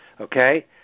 okay